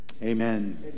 Amen